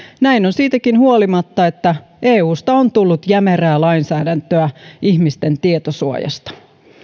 näin on siitäkin huolimatta että eusta on tullut jämerää lainsäädäntöä ihmisten tietosuojasta